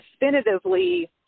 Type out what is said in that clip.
definitively